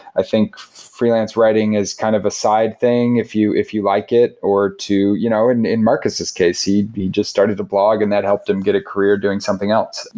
i think freelance writing is kind of a side thing if you if you like it, or to you know in in marcus's case, he just started the blog and that helped him get a career doing something else.